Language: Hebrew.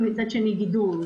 ומצד שני גידור.